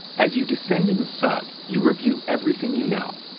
as you descend in the sub, you review everything you know.